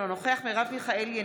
אינו נוכח מרב מיכאלי,